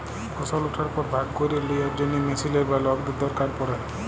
ফসল উঠার পর ভাগ ক্যইরে লিয়ার জ্যনহে মেশিলের বা লকদের দরকার পড়ে